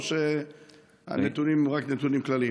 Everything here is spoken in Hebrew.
או שהנתונים הם רק נתונים כלליים?